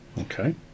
Okay